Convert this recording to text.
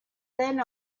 then